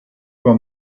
uhr